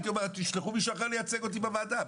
הייתי מבקש שישלחו מישהו אחרי לייצג אותי בוועדה.